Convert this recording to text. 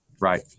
Right